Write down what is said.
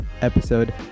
episode